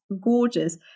gorgeous